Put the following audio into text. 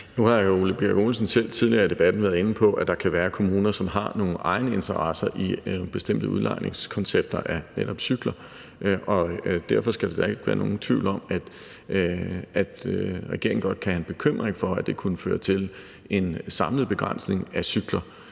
Nu har hr. Ole Birk Olesen selv tidligere i debatten været inde på, at der kan være kommuner, som har nogle egeninteresser i bestemte udlejningskoncepter af netop cykler. Og derfor skal der da ikke være nogen tvivl om, at regeringen godt kan have en bekymring for, at det kan føre til en samlet begrænsning af antallet